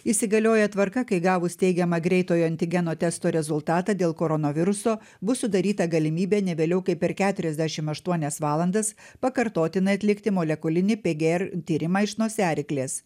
įsigalioja tvarka kai gavus teigiamą greitojo antigeno testo rezultatą dėl koronoviruso bus sudaryta galimybė ne vėliau kaip per keturiasdešim aštuonias valandas pakartotinai atlikti molekulinį pgr tyrimą iš nosiaryklės